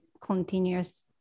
continuous